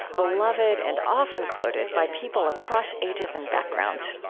beloved and often quoted by people across ages and backgrounds.